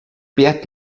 pět